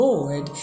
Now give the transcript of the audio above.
Lord